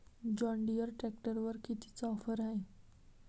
John Deere ट्रॅक्टरवर कितीची offer हाये?